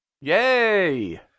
Yay